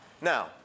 Now